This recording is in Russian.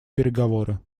переговоры